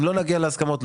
אם לא נגיע להסכמות,